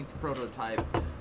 prototype